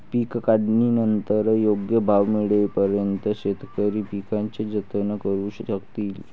पीक काढणीनंतर योग्य भाव मिळेपर्यंत शेतकरी पिकाचे जतन करू शकतील